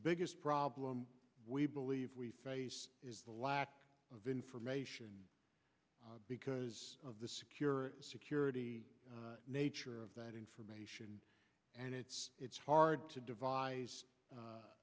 biggest problem we believe we face is the lack of information because of the secure security nature of that information and it's it's hard to devise